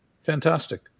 fantastic